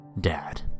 Dad